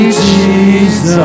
Jesus